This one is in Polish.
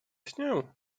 śnię